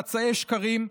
חצאי שקרים,